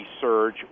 surge